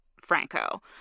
Franco